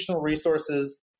resources